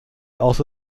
also